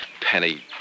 Penny